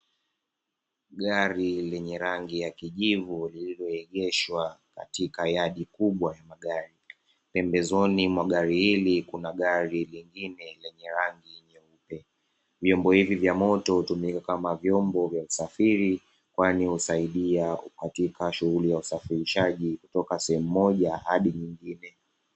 Gari lenye rangi ya kijivu lililo egeshwa katika yadi kubwa ya magari, pembezoni mwa gari hili kuna gari lingine lenye rangi nyeupe, vyombo hivi vya moto hutumika kama vyombo vya usafiri, kwani husaidia katika shughuri ya usafirishaji kutoka sehemu moja hadi nyingine